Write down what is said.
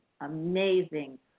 amazing